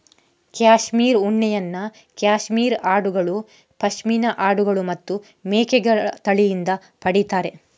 cashmere ಉಣ್ಣೆಯನ್ನ cashmere ಆಡುಗಳು, ಪಶ್ಮಿನಾ ಆಡುಗಳು ಮತ್ತೆ ಮೇಕೆಗಳ ತಳಿಯಿಂದ ಪಡೀತಾರೆ